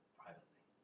privately